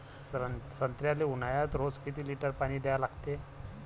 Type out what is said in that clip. संत्र्याले ऊन्हाळ्यात रोज किती लीटर पानी द्या लागते?